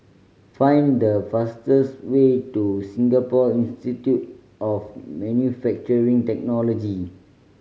find the fastest way to Singapore Institute of Manufacturing Technology